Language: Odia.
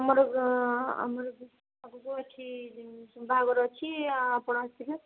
ଆମର ଆମର ବି ଆଗକୁ ବାହାଘର ଅଛି ଆପଣ ଆସିବେ